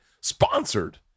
sponsored